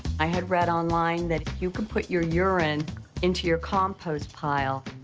i had read online that you can put your urine into your compost pile,